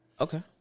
Okay